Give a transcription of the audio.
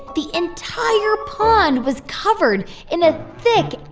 the entire pond was covered in a thick,